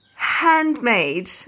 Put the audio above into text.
handmade